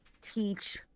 teach